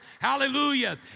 Hallelujah